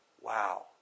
wow